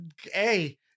hey